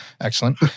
Excellent